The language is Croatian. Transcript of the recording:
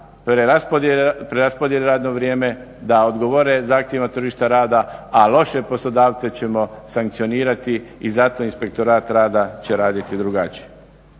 preraspodijele radno vrijeme, da odgovore zahtjevima tržišta rada, a loše poslodavce ćemo sankcionirati i zato Inspektorat rada će raditi drugačije.